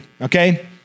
okay